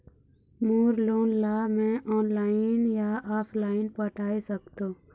मोर loan ला मैं online या ऑफलाइन पटाए सकथों?